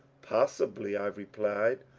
possibly, i replied.